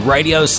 Radio